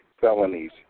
felonies